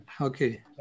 okay